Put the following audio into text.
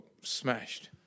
smashed